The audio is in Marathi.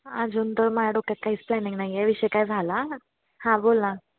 अजून तर माझ्या डोक्यात काहीच प्लॅनिंग नाही आहे या विषय काय झाला हां बोल ना